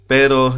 pero